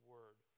Word